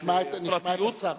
נשמע את השר.